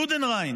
יודנריין.